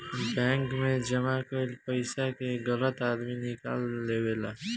bank मे जमा कईल पइसा के गलत आदमी निकाल लेवेला